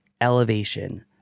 elevation